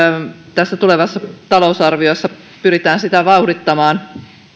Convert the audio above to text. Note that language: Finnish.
tässä tulevassa talousarviossa pyritään sitä vauhdittamaan